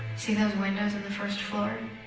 see those windows on the first floor?